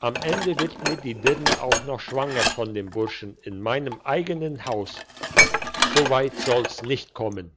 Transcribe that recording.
am ende wird mir die dirne auch noch schwanger von dem burschen in meinem eigenen haus so weit soll's mir nicht kommen